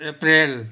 April